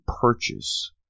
purchase